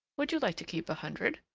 would you like to keep a hundred?